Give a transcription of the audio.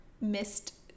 missed